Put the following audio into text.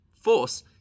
force